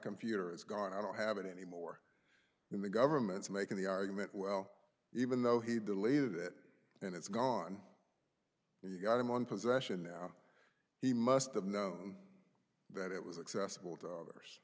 computer it's gone i don't have it anymore in the government's making the argument well even though he believed it and it's gone and you've got him on possession now he must have known that it was accessible to others